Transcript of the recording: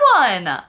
one